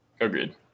Agreed